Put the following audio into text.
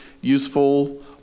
useful